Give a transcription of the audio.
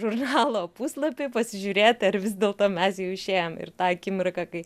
žurnalo puslapį pasižiūrėti ar vis dėlto mes jau išėjom ir tą akimirką kai